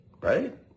right